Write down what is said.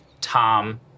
tom